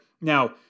Now